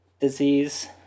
disease